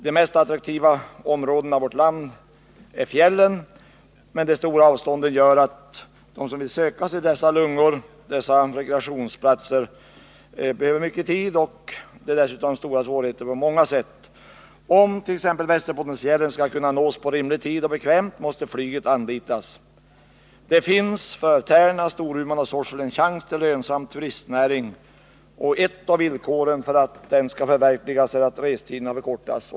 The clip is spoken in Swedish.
De mest attraktiva områdena i vårt land är fjällen, men de stora avstånden gör att de som vill söka sig till de ”lungor” som dessa rekreationsplatser utgör behöver mycken tid för att nå dem. Det är dessutom stora svårigheter på många sätt. Om t.ex. Västerbottensfjällen bekvämt skall kunna nås på rimlig tid måste flyget anlitas. Det finns för Tärna, Storuman och Sorsele en chans till lönsam turistnäring. Ett av villkoren för att den chansen skall förverkligas är att restiderna förkortas.